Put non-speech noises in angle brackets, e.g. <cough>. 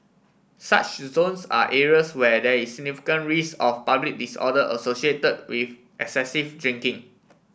such zones are areas where there is <unintelligible> risk of public disorder associated with excessive drinking